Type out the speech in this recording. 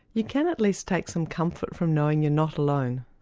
you can at least take some comfort from knowing you're not alone.